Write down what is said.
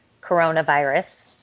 coronavirus